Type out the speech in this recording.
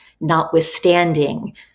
notwithstanding